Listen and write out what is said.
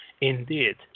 Indeed